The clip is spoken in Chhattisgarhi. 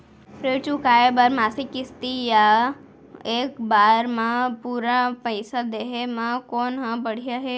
ऋण चुकोय बर मासिक किस्ती या एक बार म पूरा पइसा देहे म कोन ह बढ़िया हे?